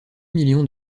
millions